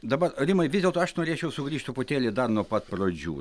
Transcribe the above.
dabar rimai vis dėlto aš norėčiau sugrįžt truputėlį dar nuo pat pradžių